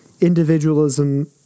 individualism